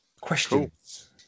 Questions